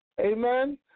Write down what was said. Amen